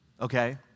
okay